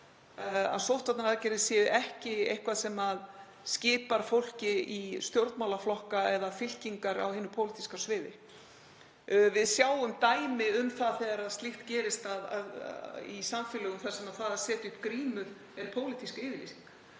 að sóttvarnaaðgerðir séu ekki eitthvað sem skipar fólki í stjórnmálaflokka eða fylkingar á hinu pólitíska sviði. Við sjáum dæmi um það þegar slíkt gerist í samfélögum þar sem það að setja upp grímu er pólitísk yfirlýsing.